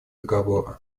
договора